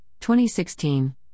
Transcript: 2016